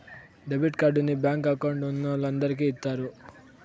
debit కార్డుని bank account ఉన్నోలందరికి ఇత్తారు